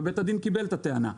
ובית הדין קיבל את הטענה.